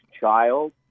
child